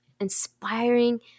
inspiring